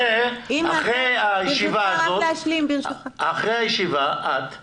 אחרי הישיבה הזאת, את,